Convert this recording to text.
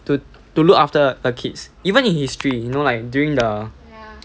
to to look after the kids even in history you know like during the